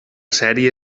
sèrie